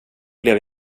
blev